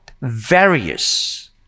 various